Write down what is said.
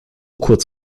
kurz